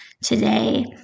today